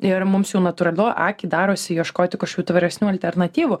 ir mums jau natūralu akiai darosi ieškoti kažkokių tvaresnių alternatyvų